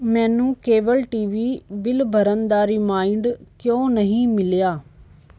ਮੈਨੂੰ cable TV bill ਭਰਨ ਦਾ ਰੀਮਾਈਂਡ ਕਿਉਂ ਨਹੀਂ ਮਿਲਿਆ